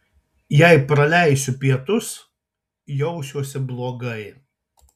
jei praleisiu pietus jausiuosi blogai